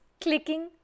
clicking